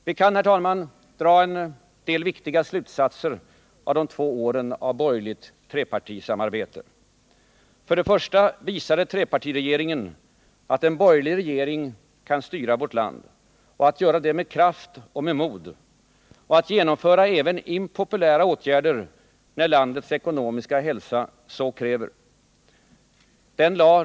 Vi kan, herr talman, dra en del viktiga slutsatser av de två åren av borgerligt Trepartiregeringen visade först och främst att en borgerlig regering kan styra vårt land, att den kan göra det med kraft och med mod och att den kan genomföra även impopulära åtgärder, när landets ekonomiska hälsa så kräver.